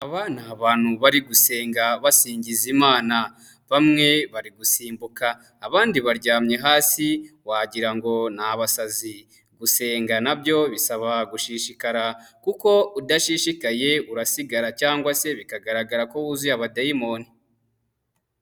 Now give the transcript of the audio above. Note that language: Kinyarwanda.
Aba ni bantu bari gusenga basingiza Imana, bamwe bari gusimbuka, abandi baryamye hasi wagirango ngo ni basazi, gusenga na byo bisaba gushishikara kuko udashishikaye urasigara cyangwa se bikagaragara ko wuzuye abadayimoni.